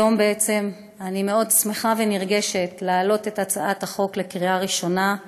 היום אני מאוד שמחה ונרגשת להעלות את הצעת החוק לקריאה ראשונה,